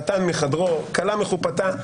חתן מחדרו, כלה מחופתה.